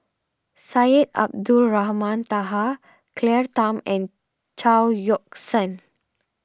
Syed Abdulrahman Taha Claire Tham and Chao Yoke San